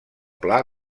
pla